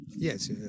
Yes